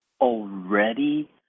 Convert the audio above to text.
already